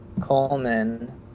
Coleman